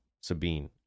Sabine